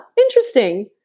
Interesting